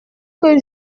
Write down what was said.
que